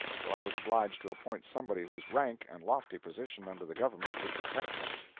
so i was obliged to appoint somebody whose rank and lofty position under the government would protect him.